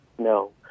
No